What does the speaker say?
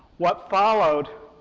what followed